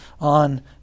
on